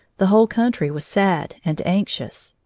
the whole country was sad and anxious.